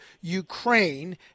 Ukraine